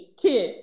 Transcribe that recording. two